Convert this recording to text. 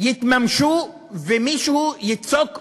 יתממשו ומישהו ייצוק תוכן,